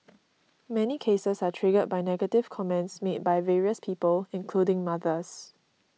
many cases are triggered by negative comments made by various people including mothers